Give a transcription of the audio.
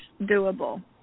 doable